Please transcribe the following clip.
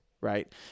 right